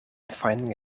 finding